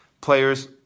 players